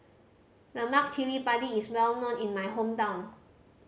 lemak cili padi is well known in my hometown